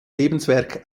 lebenswerk